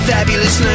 Fabulous